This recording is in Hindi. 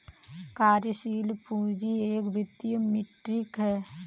कार्यशील पूंजी एक वित्तीय मीट्रिक है